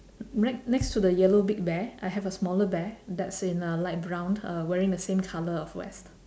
right next to the yellow big bear I have a smaller bear that's in uh light brown wearing the same colour of vest